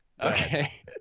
Okay